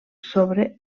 sobre